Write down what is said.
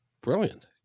brilliant